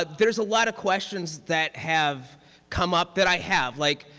but there's a lot of questions that have come up that i have, like